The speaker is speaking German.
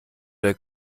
der